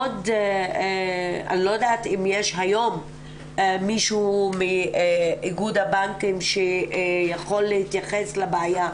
אני לא יודעת אם יש היום מישהו מאיגוד הבנקים שיכול להתייחס לבעיה,